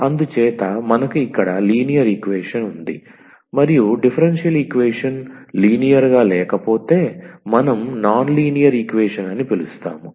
అందుచేత మనకు ఇక్కడ లీనియర్ ఈక్వేషన్ ఉంది మరియు డిఫరెన్షియల్ ఈక్వేషన్ లీనియర్ గా లేకపోతే మనం నాన్ లీనియర్ ఈక్వేషన్ అని పిలుస్తాము